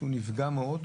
שהוא נפגע מאוד,